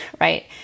Right